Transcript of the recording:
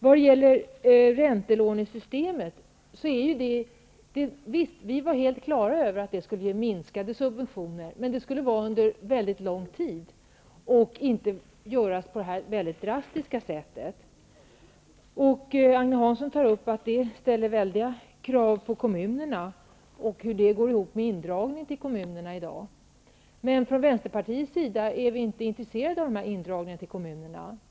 Vi var helt på det klara med att räntelånesystemet skulle ge minskade subventioner, men det skulle löpa under mycket lång tid och inte göras på detta mycket drastiska sätt. Agne Hansson säger att det ställer väldiga krav på kommunerna och ifrågasätter hur det går ihop med indragningen av bidrag till kommunerna i dag. Men från Vänsterpartiets sida är vi inte intresserade av de här indragningarna.